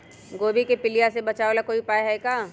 गोभी के पीलिया से बचाव ला कोई उपाय है का?